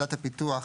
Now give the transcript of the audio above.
""ועדת הפיתוח"